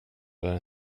den